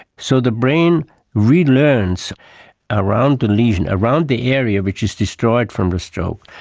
so the brain relearns around the lesion, around the area which is destroyed from the stroke,